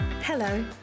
Hello